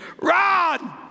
Run